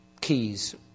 keys